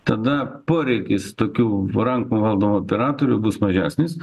tada poreikis tokių va rankom valdomų operatorių bus mažesnis